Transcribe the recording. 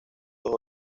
dos